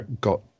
got